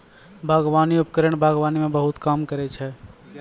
बागबानी उपकरण बागबानी म बहुत काम करै छै?